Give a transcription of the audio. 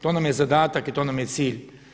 To nam je zadatak i to nam je cilj.